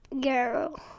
Girl